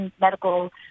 medical